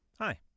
Hi